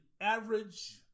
average